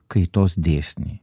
kaitos dėsnį